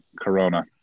Corona